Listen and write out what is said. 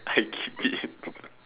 I keep it